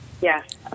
Yes